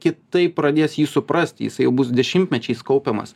kitaip pradės jį suprasti jisai jau bus dešimtmečiais kaupiamas